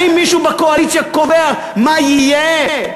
האם מישהו בקואליציה קובע מה יהיה?